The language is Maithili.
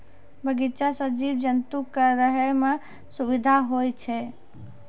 बगीचा सें जीव जंतु क रहै म सुबिधा होय छै